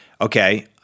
Okay